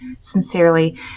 sincerely